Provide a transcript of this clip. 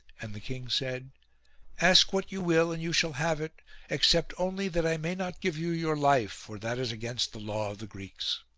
and the king said ask what you will, and you shall have it except only that i may not give you your life, for that is against the law of the greeks.